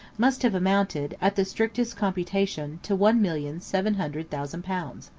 must have amounted, at the strictest computation, to one million seven hundred thousand pounds.